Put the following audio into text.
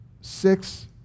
six